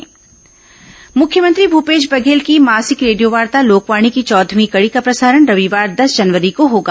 लोकवाणी मुख्यमंत्री भूपेश बघेल की मासिक रेडियोवार्ता लोकवाणी की चौदहवीं कड़ी का प्रसारण रविवार दस जनवरी को होगा